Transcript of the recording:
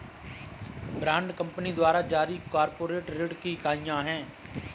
bond company द्वारा जारी corporate ऋण की इकाइयां हैं